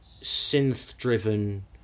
synth-driven